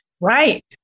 Right